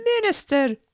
minister